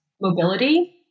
mobility